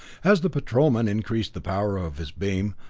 as the patrolman increased the power of his beam,